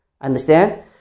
Understand